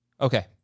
Okay